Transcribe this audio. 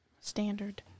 standard